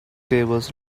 tables